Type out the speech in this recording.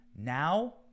Now